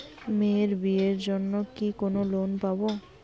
মেয়ের বিয়ের জন্য কি কোন লোন পাব?